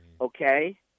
okay